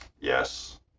Yes